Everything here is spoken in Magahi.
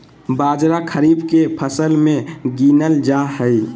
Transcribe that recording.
बाजरा खरीफ के फसल मे गीनल जा हइ